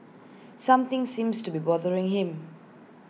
something seems to be bothering him